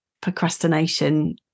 procrastination